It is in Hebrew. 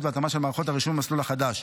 והתאמה של מערכות הרישום למסלול החדש.